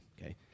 okay